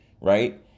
right